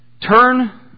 turn